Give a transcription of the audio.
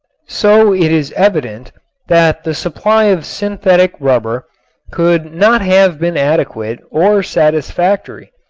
so it is evident that the supply of synthetic rubber could not have been adequate or satisfactory.